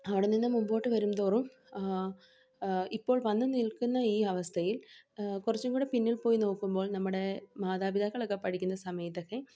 അവിടെ നിന്ന് മുമ്പോട്ട് വരും തോറും ഇപ്പോൾ വന്ന് നിൽക്കുന്ന ഈ അവസ്ഥയിൽ കുറച്ചും കൂടെ പിന്നിൽ പോയി നോക്കുമ്പോൾ നമ്മുടെ മാതാപിതാക്കളൊക്കെ പഠിക്കുന്ന സമയത്തൊക്കെ